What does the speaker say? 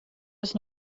ist